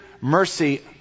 mercy